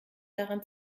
daran